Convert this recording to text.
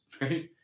right